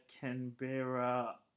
Canberra